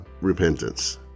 repentance